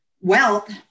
wealth